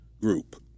group